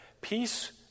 Peace